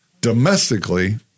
domestically